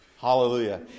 Hallelujah